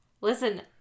Listen